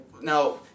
Now